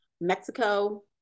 Mexico